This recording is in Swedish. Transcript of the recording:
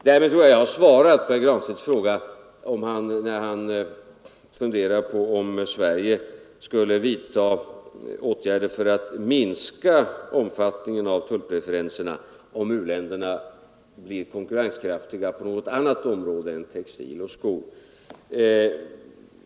Därmed tror jag att jag har svarat på herr Granstedts fråga om Sverige skulle vidta åtgärder för att minska omfattningen av tullpreferenserna ifall u-länderna blir konkurrenskraftiga på något annat område än textil och skor.